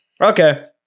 Okay